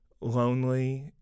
lonely